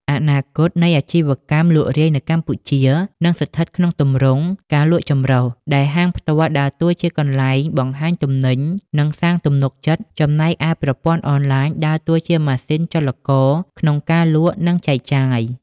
អនាគតនៃអាជីវកម្មលក់រាយនៅកម្ពុជានឹងស្ថិតក្នុងទម្រង់ ការលក់ចម្រុះ ដែលហាងផ្ទាល់ដើរតួជាកន្លែងបង្ហាញទំនិញ និងសាងទំនុកចិត្ត ចំណែកឯប្រព័ន្ធអនឡាញដើរតួជាម៉ាស៊ីនចលករក្នុងការលក់ និងចែកចាយ។